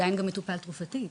שעדיין מטופל תרופתית,